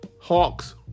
Hawks